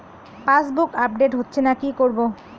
Passbook update হচ্ছেনা কি করবো?